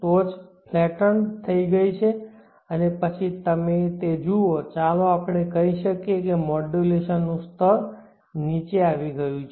ટોચ ફ્લેટન્ડ થઈ ગઈ છે અને પછી તમે તે જુઓ ચાલો આપણે કહીએ કે મોડ્યુલેશન નું સ્તર નીચે આવી ગયું છે